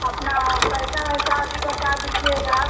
अपना पैसा वैसा अभी बता दीजिएगा